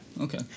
Okay